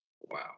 Wow